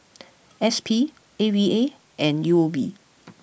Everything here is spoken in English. S P A V A and U O B